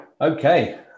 okay